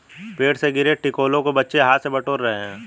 पेड़ से गिरे टिकोलों को बच्चे हाथ से बटोर रहे हैं